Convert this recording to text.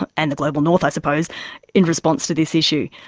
and and the global north i suppose in response to this issue.